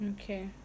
Okay